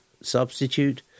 substitute